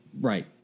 Right